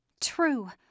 true